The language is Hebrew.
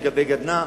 לגבי הגדנ"ע.